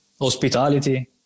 hospitality